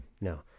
No